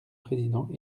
président